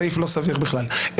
סעיף לא סביר בכלל.